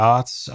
Arts